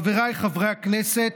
חבריי חברי הכנסת,